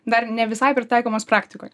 dar ne visai pritaikomos praktikoj